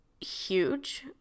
huge